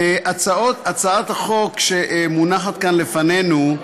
הצעת החוק שמונחת כאן לפנינו,